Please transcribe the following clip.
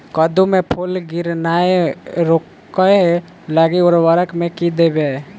कद्दू मे फूल गिरनाय रोकय लागि उर्वरक मे की देबै?